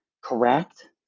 correct